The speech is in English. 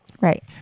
right